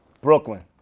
Brooklyn